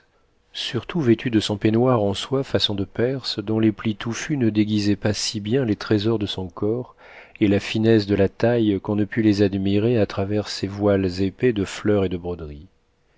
surtout vêtue de son peignoir en soie façon de perse dont les plis touffus ne déguisaient pas si bien les trésors de son corps et la finesse de la taille qu'on ne pût les admirer à travers ces voiles épais de fleurs et de broderies